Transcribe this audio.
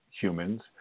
humans